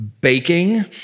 baking